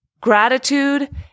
gratitude